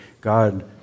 God